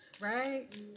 right